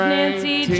Nancy